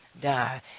die